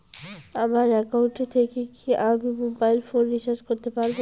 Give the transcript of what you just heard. আমার একাউন্ট থেকে কি আমি মোবাইল ফোন রিসার্চ করতে পারবো?